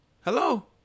hello